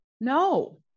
no